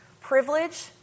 Privilege